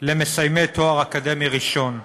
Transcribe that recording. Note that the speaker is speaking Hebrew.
למסיימי תואר אקדמי ראשון.